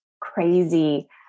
crazy